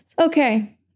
Okay